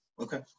Okay